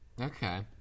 Okay